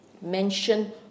Mention